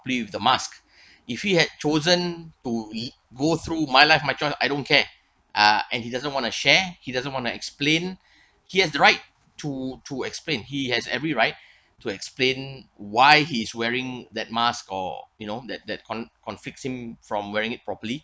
properly with the mask if he had chosen to be go through my life my choice I don't care uh and he doesn't want to share he doesn't want to explain he has the right to to explain he has every right to explain why he's wearing that mask or you know that that con~ from wearing it properly